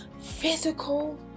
physical